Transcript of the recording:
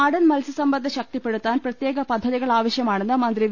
നാടൻ മത്സ്യ സമ്പത്ത് ശക്തിപ്പെടുത്താൻ പ്രത്യേക പദ്ധതികൾ ആവശ്യമാ ണെന്ന് മന്ത്രി വി